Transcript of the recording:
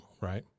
Right